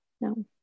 No